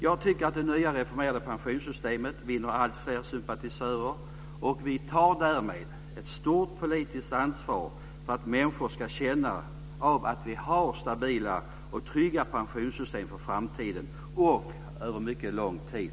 Jag tycker att det nya reformerade pensionssystemet vinner alltfler sympatisörer, och vi tar därmed ett stort politiskt ansvar för att människor ska känna att vi har stabila och trygga pensionssystem för framtiden och över mycket lång tid.